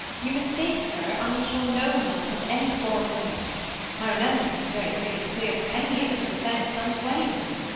you mistake, sir i am sure no man hath any quarrel to me my remembrance is very free and clear from any image of offence done to any man.